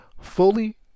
fully